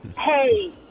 Hey